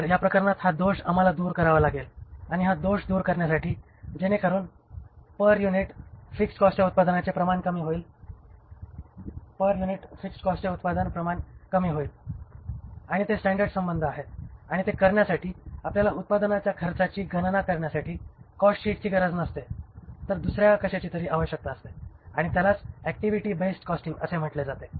तर या प्रकरणात हा दोष आम्हाला दूर करावा लागेल आणि हा दोष दूर करण्यासाठी जेणेकरून पर युनिट फिक्स्ड कॉस्टच्या उत्पादनाचे प्रमाण कमी होईल आणि पर युनिट फिक्स्ड कॉस्टचे उत्पादन प्रमाण कमी होईल आणि ते स्टॅंडर्ड संबंध आहेत आणि ते करण्यासाठी आपल्याला उत्पादनाच्या खर्चाची गणना करण्यासाठी कॉस्टशीटची गरज नसते तर दुसऱ्या कशाचीतरी आवश्यकता असते आणि त्यालाच ऍक्टिव्हिटी बेस्ड कॉस्टिंग असे म्हंटले जाते